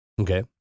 Okay